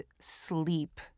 sleep